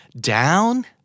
down